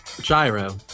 Gyro